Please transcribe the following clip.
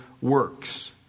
works